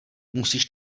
musíš